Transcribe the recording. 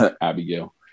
Abigail